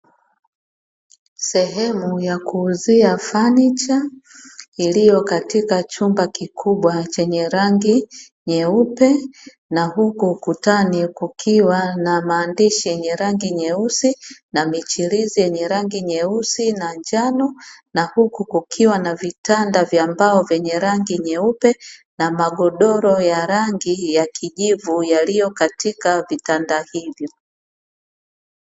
Sehemu ya kuuzia fanicha iliyo katika chumba kikubwa chenye rangi nyeupe, na huku ukutani kukiwa na maandishi yenye rangi nyeusi na michirizi yenye rangi nyeusi na njano, na huku kukiwa na vitanda vya mbao vyenye rangi nyeupe na magodoro ya rangi ya kijivu yaliyo katika vitanda hivyo.